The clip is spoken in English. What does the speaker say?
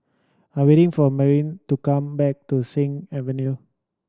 I'm waiting for Mirtie to come back to Sing Avenue